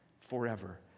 forever